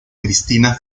cristina